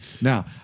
Now